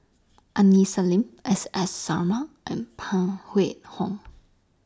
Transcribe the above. Aini Salim S S Sarma and Phan Hong